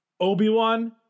Obi-Wan